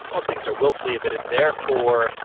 oh, things are willfully omitted. therefore,